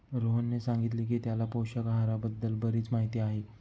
रोहनने सांगितले की त्याला पोषक आहाराबद्दल बरीच माहिती आहे